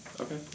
Okay